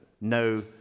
no